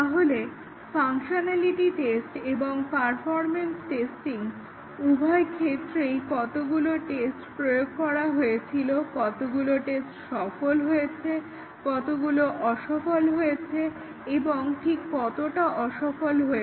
তাহলে functionality testing এবং performance testing উভয় ক্ষেত্রেই কতগুলো টেস্ট প্রয়োগ করা হয়েছিল কতগুলো টেস্ট সফল হয়েছে কতগুলো টেস্ট অসফল হয়েছে এবং ঠিক কতটা অসফল হয়েছে